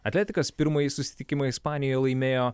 atletikas pirmąjį susitikimą ispanijoje laimėjo